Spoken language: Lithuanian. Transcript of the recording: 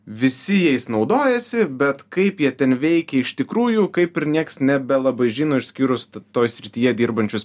visi jais naudojasi bet kaip jie ten veikia iš tikrųjų kaip ir nieks nebelabai žino išskyrus toj srityje dirbančius